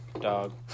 dog